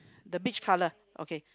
the beach colour okay